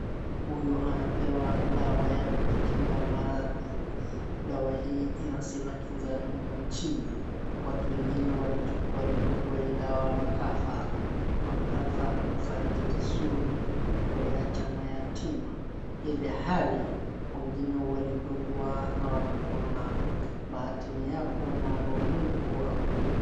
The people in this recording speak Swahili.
Huyu anapewa dawa ya kujikinga maradhi. Dawa hii ina sevakinzani humu nchini. Watu wengine walichukua walidungwa hii dawa wakafa. Wakafa na kufariki vizuri, waliacha mayatima. Ilihali wengine walidungwa na wakapona. Bahati ni yako, naomba Mungu akumu.